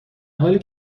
حالی